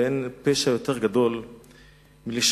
ואין פשע יותר גדול מלשקר,